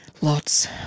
Lots